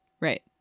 Right